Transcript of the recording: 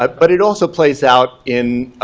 um but it also plays out in